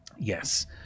Yes